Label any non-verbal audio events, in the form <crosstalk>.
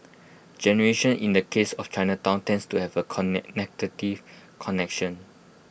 generation in the case of Chinatown tends to have A con <unintelligible> connection